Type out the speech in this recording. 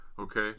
okay